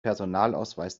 personalausweis